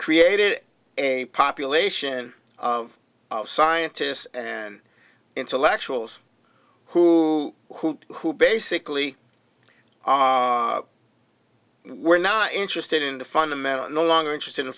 created a population of scientists and intellectuals who who who basically are were not interested in the fundamental and no longer interested in